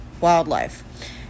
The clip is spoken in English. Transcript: wildlife